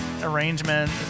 arrangement